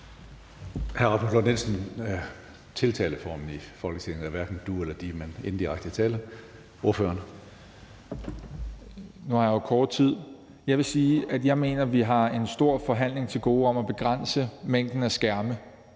Hr. Rasmus Lund-Nielsen, tiltaleformen i Folketinget er hverken du eller De, men man bruger indirekte tiltale. Ordføreren. Kl. 17:03 Jacob Mark (SF): Nu har jeg kort taletid, men jeg vil sige, at jeg mener, at vi har en stor forhandling til gode om at begrænse mængden af skærme,